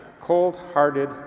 Cold-hearted